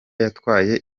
yatwaye